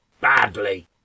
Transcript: badly